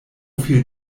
viel